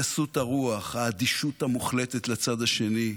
גסות הרוח, האדישות המוחלטת לצד השני,